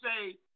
say